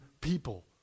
people